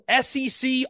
SEC